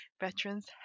veterans